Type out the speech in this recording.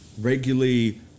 regularly